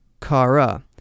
kara